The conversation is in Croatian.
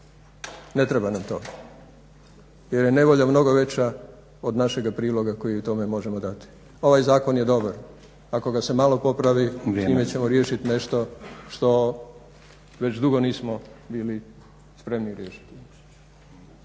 Ne treba nam to jer je nevolja mnogo veća od našega priloga koji u tome možemo dati. Ovaj zakon je dobar, ako ga se malo popravi time ćemo riješit nešto što već dugo nismo bili spremni riješiti.